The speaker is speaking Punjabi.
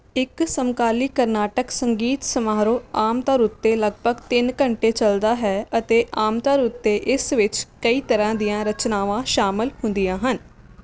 ਇੱਕ ਸਮਕਾਲੀ ਕਰਨਾਟਕ ਸੰਗੀਤ ਸਮਾਰੋਹ ਆਮ ਤੌਰ ਉੱਤੇ ਲਗਭਗ ਤਿੰਨ ਘੰਟੇ ਚੱਲਦਾ ਹੈ ਅਤੇ ਆਮ ਤੌਰ ਉੱਤੇ ਇਸ ਵਿੱਚ ਕਈ ਤਰ੍ਹਾਂ ਦੀਆਂ ਰਚਨਾਵਾਂ ਸ਼ਾਮਲ ਹੁੰਦੀਆਂ ਹਨ